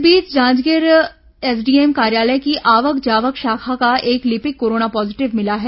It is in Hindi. इस बीच जांजगीर एसडीएम कार्यालय की आवक जावक शाखा का एक लिपिक कोरोना पॉजिटिव मिला है